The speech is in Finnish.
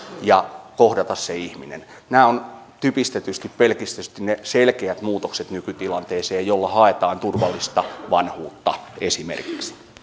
ja kohdata se ihminen nämä ovat typistetysti pelkistetysti ne selkeät muutokset nykytilanteeseen joilla haetaan turvallista vanhuutta esimerkiksi